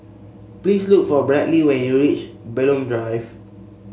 please look for Bradly when you reach Bulim Drive